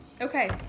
Okay